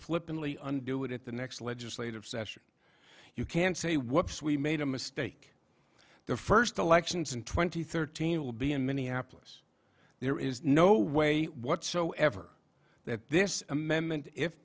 flippantly undo it at the next legislative session you can't say what if we made a mistake the first elections in twenty thirteen will be in minneapolis there is no way whatsoever that this amendment if